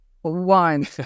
One